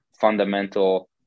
fundamental